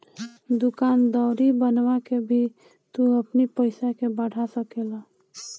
दूकान दौरी बनवा के भी तू अपनी पईसा के बढ़ा सकेला